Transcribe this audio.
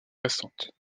récente